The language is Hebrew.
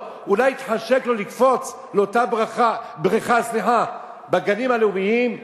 אולי יתחשק לו לקפוץ לאותה בריכה בגן לאומי?